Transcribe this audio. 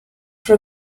for